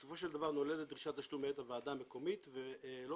בסופו של דבר נולדת דרישת תשלום מאת הוועדה המקומית ולא